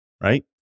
right